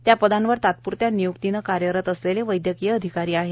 त्या पदांवर तात्प्रत्या निय्क्तीने कार्यरत असलेले वैद्यकीय अधिकारी आहेत